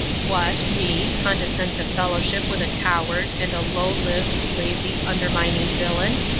what, me, condescend to fellowship with a coward, and a low-lived, lazy, undermining villain?